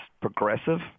progressive